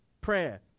prayer